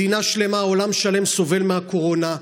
מדינה שלמה, עולם שלם סובל מהקורונה.